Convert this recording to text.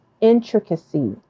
intricacy